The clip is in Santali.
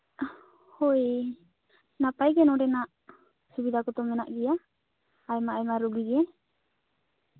ᱦᱳᱭ ᱱᱟᱯᱟᱭ ᱜᱮ ᱱᱚᱸᱰᱮᱱᱟᱜ ᱥᱩᱵᱤᱛᱟ ᱠᱚᱫᱚ ᱢᱮᱱᱟᱜ ᱜᱮᱭᱟ ᱟᱭᱢᱟᱼᱟᱭᱢᱟ ᱨᱩᱜᱤ ᱜᱮ